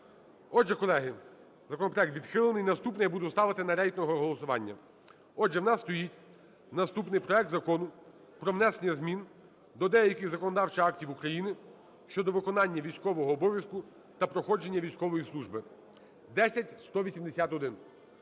Отже, колеги, законопроект відхилений. Наступний я буду ставити на рейтингове голосування. Отже, в нас стоїть наступний - проект Закону про внесення змін до деяких законодавчих актів України (щодо виконання військового обов'язку та проходження військової служби) (10181).